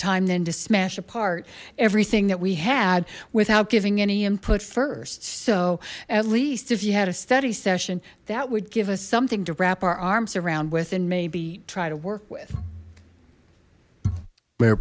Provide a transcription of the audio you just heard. time then to smash apart everything that we had without giving any input first so at least if you had a study session that would give us something to wrap our arms around with and maybe try to work with